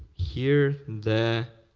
here the